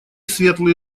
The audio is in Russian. светлые